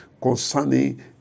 concerning